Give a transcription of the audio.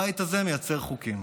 הבית הזה מייצר חוקים.